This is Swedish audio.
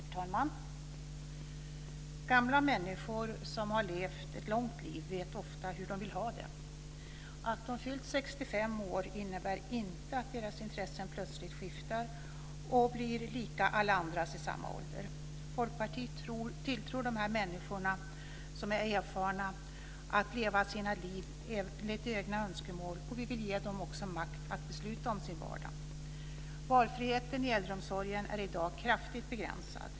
Herr talman! Gamla människor som har levt ett långt liv vet ofta hur de vill ha det. Att de fyllt 65 år innebär inte att deras intressen plötsligt skiftar och blir lika alla andras i samma ålder. Folkpartiet tilltror dessa erfarna människor att leva sina liv enligt egna önskemål, och vi vill också ge dem makt att besluta om sin vardag. Valfriheten i äldreomsorgen är i dag kraftigt begränsad.